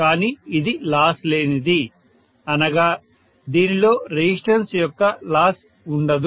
కాని ఇది లాస్ లేనిది అనగా దీనిలో రెసిస్టెన్స్ యొక్క లాస్ ఉండదు